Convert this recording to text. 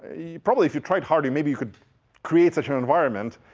probably if you tried hard, maybe you could create such an environment.